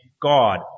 God